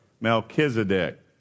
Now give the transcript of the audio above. Melchizedek